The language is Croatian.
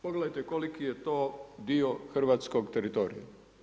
Pogledajte koliki je to dio hrvatskog teritorija.